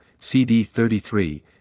CD33